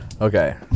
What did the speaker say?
Okay